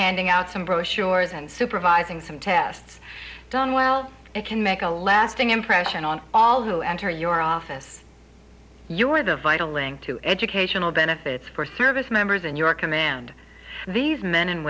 handing out some brochures and supervising some tests done well it can make a lasting impression on all who enter your office you're the vital link to educational benefits for service members and your command these men and